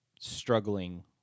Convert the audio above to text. struggling